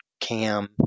cam